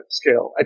scale